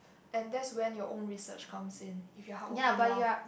and that's when your own research comes in if you are hardworking enough